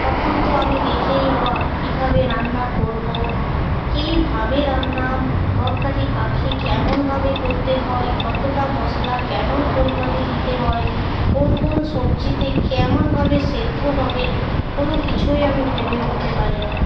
তখন তো আমি দেখেই অবাক কীভাবে রান্না করবো কীভাবে রান্না তরকারি কাখে কেমনভাবে করতে হয় কতটা মশলা কেমন পরিমাণে দিতে হয় কোন কোন সবজিতে কেমনভাবে সেদ্ধ হবে কোনো কিছুই আমি ভেবে উঠতে পারি না